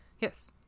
yes